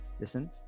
listen